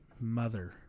mother